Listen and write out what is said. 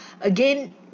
again